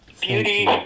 Beauty